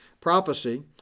prophecy